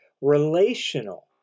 relational